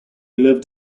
lived